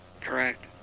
Correct